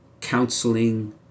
counseling